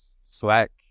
Slack